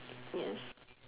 yes